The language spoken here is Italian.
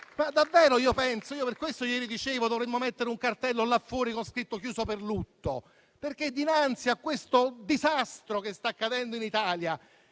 esiste? Per questo ieri dicevo che dovremmo mettere un cartello là fuori con scritto «chiuso per lutto» dinanzi a questo disastro che sta accadendo in Italia,